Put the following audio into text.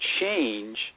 change